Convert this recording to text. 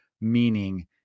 meaning